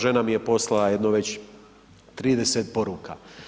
Žena mi je poslala jedno već 30 poruka.